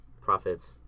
profits